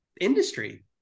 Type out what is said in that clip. industry